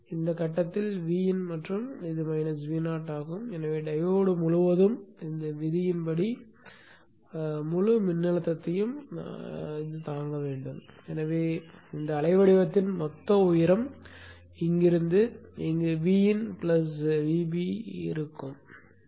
இந்த கட்டத்தில் Vin மற்றும் இது Vo ஆகும் எனவே டையோடு முழுவதும் இந்த விதியின் படி முழு மின்னழுத்தத்தையும் தாங்க வேண்டும் எனவே இந்த அலைவடிவத்தின் மொத்த உயரம் இங்கிருந்து இங்கு Vin Vo ஆகும்